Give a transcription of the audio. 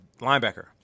linebacker